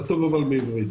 זה כתוב, אבל בעברית.